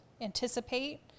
anticipate